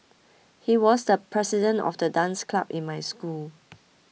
he was the president of the dance club in my school